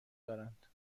دارند